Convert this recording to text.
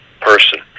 person